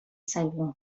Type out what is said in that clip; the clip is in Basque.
zaigu